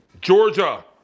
Georgia